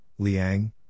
Liang